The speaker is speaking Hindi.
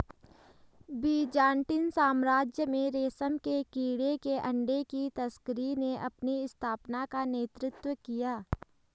बीजान्टिन साम्राज्य में रेशम के कीड़े के अंडे की तस्करी ने अपनी स्थापना का नेतृत्व किया